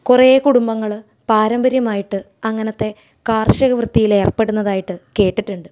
കുറെ കുടുംബങ്ങള് പാരമ്പര്യമായിട്ട് അങ്ങനത്തെ കാർഷിക വൃത്തിയിലേർപ്പെടുന്നതായിട്ട് കേട്ടിട്ടുണ്ട്